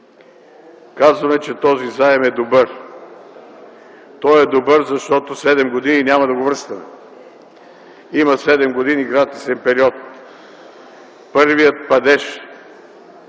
казваме, че този заем е добър. Той е добър, защото 7 години няма да го връщаме. Има 7 години гратисен период. Първият падеж